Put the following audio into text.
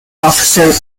officer